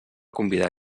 convidar